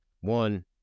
one